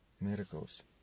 miracles